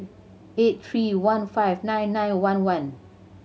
eight three one five nine nine one one